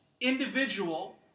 individual